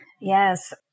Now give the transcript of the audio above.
Yes